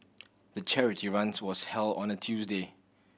the charity runs was held on a Tuesday